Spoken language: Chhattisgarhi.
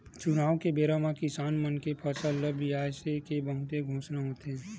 चुनाव के बेरा म किसान मन के फसल ल बिसाए के बहुते घोसना होथे